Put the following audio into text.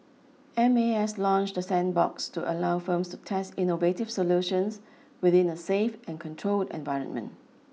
M A S launched the sandbox to allow firms to test innovative solutions within a safe and controlled environment